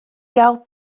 gael